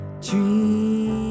dream